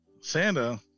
Santa